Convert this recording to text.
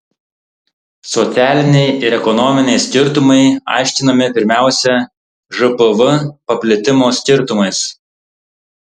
socialiniai ir ekonominiai skirtumai aiškinami pirmiausia žpv paplitimo skirtumais